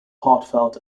heartfelt